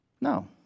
No